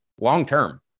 long-term